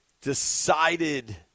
decided